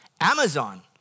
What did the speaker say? Amazon